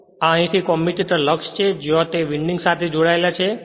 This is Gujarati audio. અને આ અહીંથી કમ્યુએટર લગ્સ છે જ્યાં તે વિન્ડિંગ સાથે જોડાયેલ છે